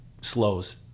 slows